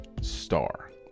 star